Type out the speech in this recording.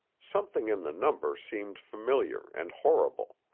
something in the number seemed familiar and horrible.